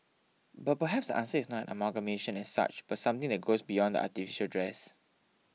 but perhaps the answer is not an amalgamation as such but something that goes beyond the artificial dress